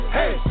hey